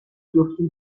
بیفتیم